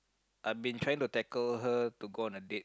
I've been trying to tackle her to go on a date